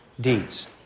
deeds